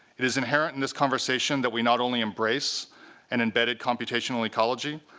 it is inherent in this conversation that we not only embrace an embedded computational ecology,